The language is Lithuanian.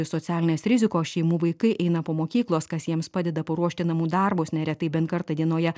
socialinės rizikos šeimų vaikai eina po mokyklos kas jiems padeda paruošti namų darbus neretai bent kartą dienoje